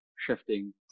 shifting